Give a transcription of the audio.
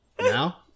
Now